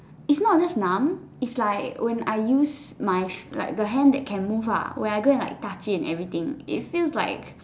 it's not just numb it's like when I use my the hand that can move ah when I go like touch it and everything it feels like